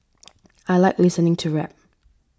I like listening to rap